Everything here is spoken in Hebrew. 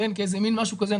כאיזה מין משהו כזה,